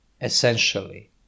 essentially